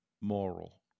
moral